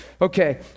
Okay